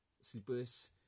slippers